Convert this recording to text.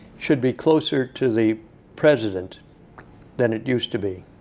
should be closer to the president than it used to be.